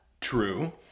True